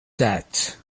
that